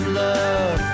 love